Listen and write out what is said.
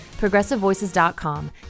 ProgressiveVoices.com